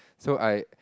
so I